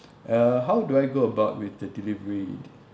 uh how do I go about with the delivery